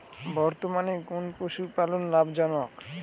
বর্তমানে কোন পশুপালন লাভজনক?